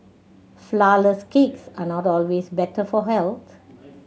flourless cakes are not always better for health